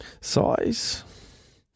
size